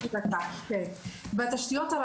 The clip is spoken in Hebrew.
בתשתיות,